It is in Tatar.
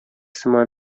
сыман